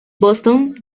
boston